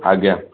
ଆଜ୍ଞା